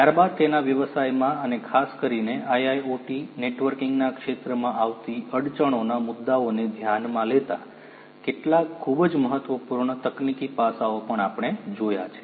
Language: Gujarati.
ત્યારબાદ તેના વ્યવસાયમાં અને ખાસ કરીને IIoT નેટવર્કિંગના ક્ષેત્રમાં આવતી અડચણોના મુદ્દાઓને ધ્યાનમાં લેતા કેટલાક ખૂબ જ મહત્વપૂર્ણ તકનીકી પાસાંઓ પણ આપણે જોયા છે